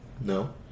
no